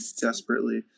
desperately